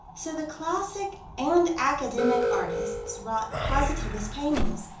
so the classic and academic artists wrought positivist paintings,